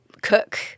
cook